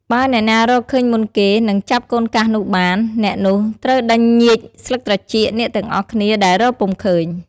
បើអ្នកណារកឃើញមុនគេ និងចាប់ "កូនកាស" នោះបាន អ្នកនោះត្រូវដេញញៀចស្លឹកត្រចៀកអ្នកទាំងអស់គ្នាដែលរកពុំឃើញ។